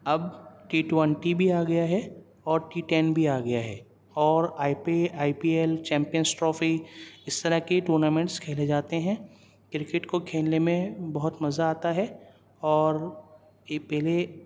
اب T twenty بھی آ گیا ہے اور ٹی ٹین بھی آ گیا ہے اور I P I P L champions trophy اس طرح کی ٹورنامنٹ کھیلے جاتے ہیں کرکٹ کو کھیلنے میں بہت مزہ آتا ہے اور یہ پہلے